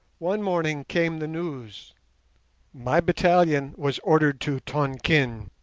one morning came the news my battalion was ordered to tonquin.